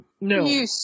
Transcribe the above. No